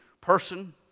person